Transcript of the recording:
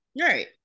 Right